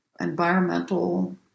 environmental